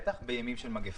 בטח בימי מגפה.